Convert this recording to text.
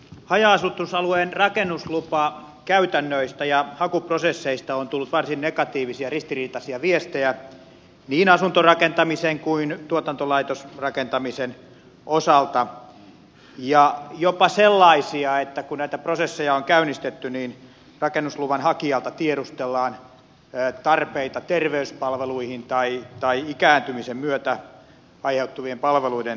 haja asutusalueen rakennuslupakäytännöistä ja hakuprosesseista on tullut varsin negatiivisia ristiriitaisia viestejä niin asuntorakentamisen kuin tuotantolaitosrakentamisen osalta ja jopa sellaisia että kun näitä prosesseja on käynnistetty niin rakennusluvan hakijalta tiedustellaan tarpeita terveyspalveluihin tai ikääntymisen myötä aiheutuvien palveluiden tarpeisiin